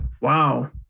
Wow